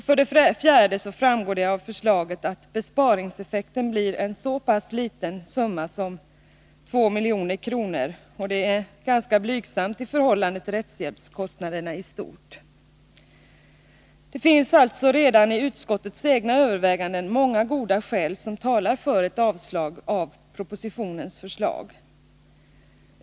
För det fjärde framgår det av förslaget att besparingseffekten blir en så pass liten summa som 2 milj.kr., och det är ganska blygsamt i förhållande till rättshjälpskostnaderna i stort. Det finns alltså redan i utskottets egna överväganden många goda skäl som innan s.k. pilotfall har avgjorts innan s.k. pilotfall har avgjorts talar för ett avslag avseende propositionens förslag.